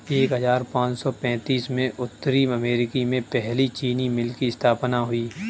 एक हजार पाँच सौ पैतीस में उत्तरी अमेरिकी में पहली चीनी मिल की स्थापना हुई